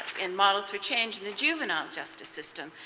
in models for change in the juvenile justice system,